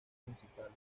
principales